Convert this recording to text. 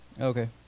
Okay